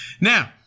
Now